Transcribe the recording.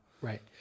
Right